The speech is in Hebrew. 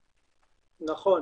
נכון,